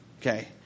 okay